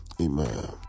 Amen